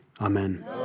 Amen